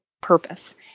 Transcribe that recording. purpose